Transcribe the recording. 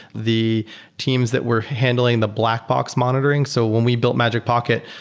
the teams that were handling the black box monitoring. so when we build magic pocket,